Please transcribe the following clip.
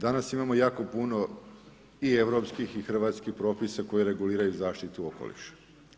Danas imamo jako puno, i europskih i hrvatskih propisa koji reguliraju zaštitu okoliša.